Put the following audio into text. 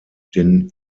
den